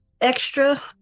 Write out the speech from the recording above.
extra